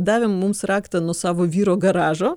davė mums raktą nuo savo vyro garažo